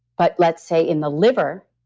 but let's say in the liver,